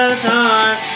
time